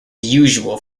usual